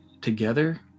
together